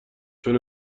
چون